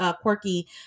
quirky